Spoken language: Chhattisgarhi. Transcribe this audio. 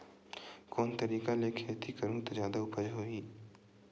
कोन तरीका ले खेती करहु त जादा उपज होही?